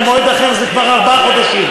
במועד אחר זה כבר ארבעה חודשים.